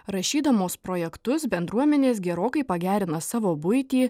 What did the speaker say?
rašydamos projektus bendruomenės gerokai pagerina savo buitį